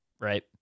Right